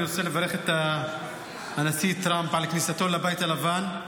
אני רוצה לברך את הנשיא טראמפ על כניסתו לבית הלבן.